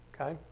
Okay